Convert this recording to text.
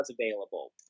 available